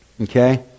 okay